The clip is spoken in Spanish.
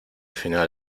final